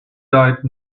died